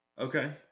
Okay